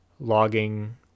logging